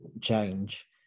change